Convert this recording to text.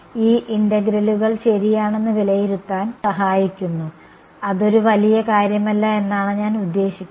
ഈ ഇന്റഗ്രലുകൾ ശരിയാണെന്ന് വിലയിരുത്താൻ ഇത് സഹായിക്കുന്നു അതൊരു വലിയ കാര്യമല്ല എന്നാണ് ഞാൻ ഉദ്ദേശിക്കുന്നത്